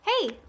Hey